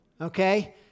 Okay